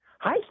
Hi